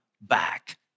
back